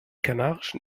kanarischen